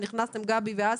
גבי ואסי,